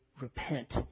repent